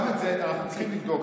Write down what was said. גם את זה אנחנו צריכים לבדוק.